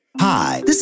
Hi